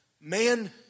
man